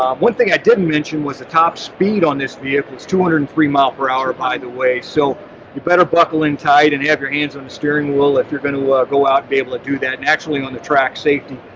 um one thing i didn't mention was the top speed on this vehicle is two hundred and three mile per hour, by the way, so you better buckle in tight and have your hands on the steering wheel if you're going to go out to be able to do that and actually on the track safely,